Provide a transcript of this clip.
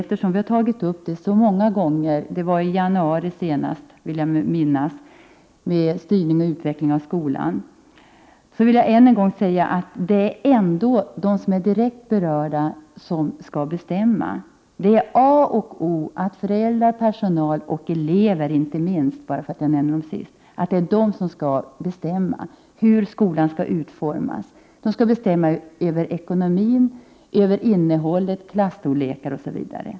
Vi har ju tagit upp denna fråga så många gånger — senast i januari, om jag minns rätt. Vi tog då upp frågan om styrningen och utvecklingen av skolan. Ännu en gång vill jag säga att det är de som är direkt berörda som skall bestämma. Det är A och O att föräldrar, skolpersonal och — inte minst — elever får bestämma hur skolan skall utformas. Dessa skall bestämma över ekonomin, innehållet, klasstorlekar osv.